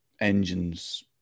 engines